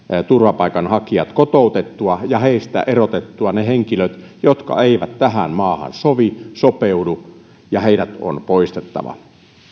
turvapaikanhakijat kotoutettua ja heistä erotettua ne henkilöt jotka eivät tähän maahan sovi sopeudu heidät on poistettava